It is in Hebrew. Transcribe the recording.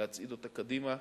להצעיד אותה קדימה,